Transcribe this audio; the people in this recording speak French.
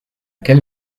quelle